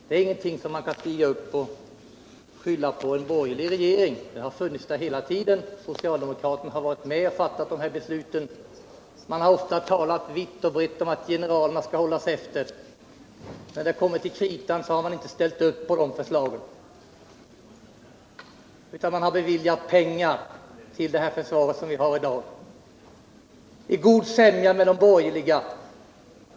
Den är ingenting som man kan skylla på en borgerlig regering. Den har funnits hela tiden. Socialdemokratin har varit med och fattat besluten. Man har talat vitt och brett om att generalerna skall hållas efter, men när det kommit till kritan har man inte ställt upp på de förslagen utan beviljat pengar till det försvar vi har i dag i god sämja med de borgerliga.